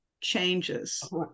changes